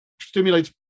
stimulates